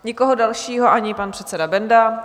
Nikoho dalšího ani pan předseda Benda?